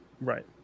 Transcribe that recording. Right